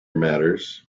matters